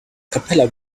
capella